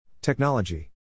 Technology